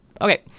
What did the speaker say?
Okay